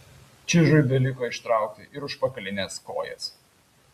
čižui beliko ištraukti ir užpakalines kojas